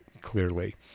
clearly